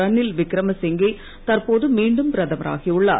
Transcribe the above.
ரணில் விக்ரமசிங்கே தற்போது மீண்டும் பிரதமராகி உள்ளார்